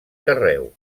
carreu